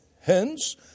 Hence